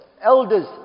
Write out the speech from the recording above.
elders